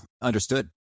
understood